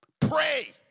Pray